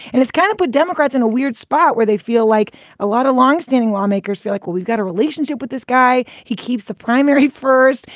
and it's kind of put democrats in a weird spot where they feel like a lot of longstanding lawmakers feel like, well, we've got a relationship with this guy. he keeps the primary first.